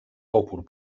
opór